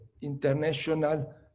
international